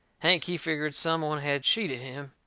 hank, he figgered some one had cheated him.